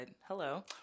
hello